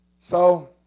so,